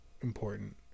important